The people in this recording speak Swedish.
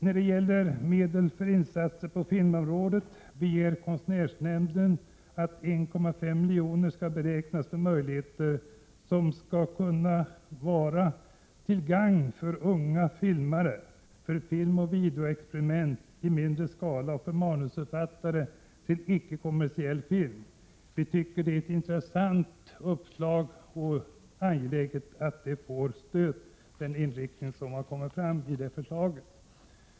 När det gäller medel för insatser inom filmområdet begär konstnärsnämnden att 1,5 miljoner skall beräknas för att möjlighet skall skapas att ge bidrag till unga filmare, filmoch videoexperiment i mindre skala och manusförfattande till icke-kommersiell film. Vi tycker att detta är ett intressant uppslag. Det är angeläget att den inriktning som anges i förslaget får stöd.